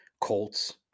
Colts